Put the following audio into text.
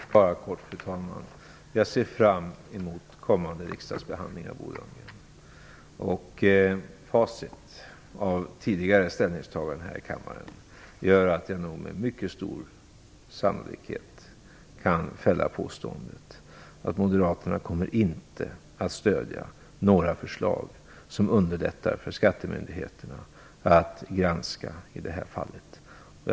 Fru talman! Bara helt kort: Jag ser fram emot kommande riksdagsbehandling, Bo Lundgren. Facit rörande tidigare ställningstaganden här i kammaren gör att jag kan fälla påståendet att moderaterna med mycket stor sannolikhet inte kommer att stödja några förslag som underlättar för skattemyndigheternas granskning i det här fallet.